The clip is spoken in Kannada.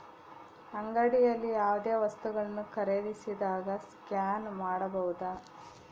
ಅಂಗಡಿಯಲ್ಲಿ ಯಾವುದೇ ವಸ್ತುಗಳನ್ನು ಖರೇದಿಸಿದಾಗ ಸ್ಕ್ಯಾನ್ ಮಾಡಬಹುದಾ?